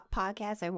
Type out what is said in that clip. podcast